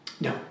No